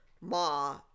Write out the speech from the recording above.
Ma